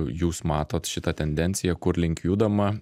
jūs matot šitą tendenciją kur link judama